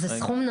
מה,